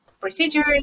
procedures